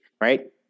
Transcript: right